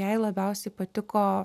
jai labiausiai patiko